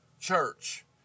Church